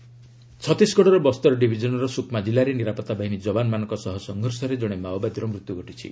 Maoist killed ଛତିଶଗଡ଼ର ବସ୍ତର ଡିଭିଜନ୍ର ସୁକ୍ମା ଜିଲ୍ଲାରେ ନିରାପତ୍ତା ବାହିନୀ ଯବାନମାନଙ୍କ ସହ ସଂଘର୍ଷରେ ଜଣେ ମାଓବାଦୀର ମୃତ୍ୟୁ ଘଟିଛି